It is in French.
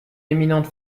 éminente